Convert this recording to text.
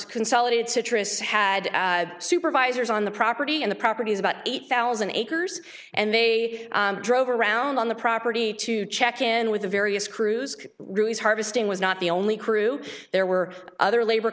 s consolidated citrus had supervisors on the property and the property is about eight thousand acres and they drove around on the property to check in with the various crews ruiz harvesting was not the only crew there were other labor